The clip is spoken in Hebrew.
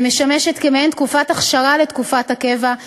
והיא משמשת כמעין תקופת הכשרה לתקופת הקבע.